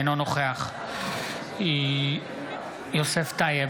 אינו נוכח יוסף טייב,